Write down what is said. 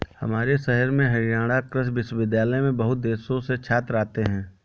हमारे शहर में हरियाणा कृषि विश्वविद्यालय में बहुत देशों से छात्र आते हैं